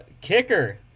kicker